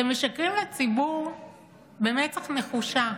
אתם משקרים לציבור במצח נחושה.